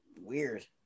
Weird